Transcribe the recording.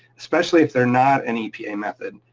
especially if they're not an epa method.